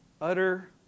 utter